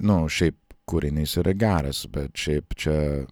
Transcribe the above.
nu šiaip kūrinys yra geras bet šiaip čia